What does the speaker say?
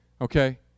Okay